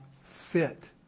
fit